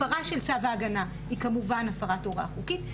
הפרה של צו ההגנה היא כמובן הפרת הוראה חוקית,